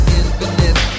infinite